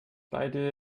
beide